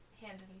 handed